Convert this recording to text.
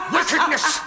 Wickedness